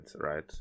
right